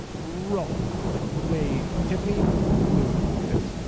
real fast like way. tiffany knew this.